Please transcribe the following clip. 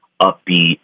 upbeat